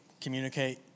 Communicate